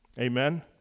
amen